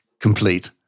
complete